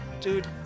dude